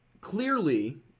clearly